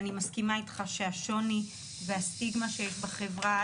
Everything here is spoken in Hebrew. ואני מסכימה איתך שהשוני והסטיגמה שיש בחברה,